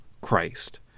Christ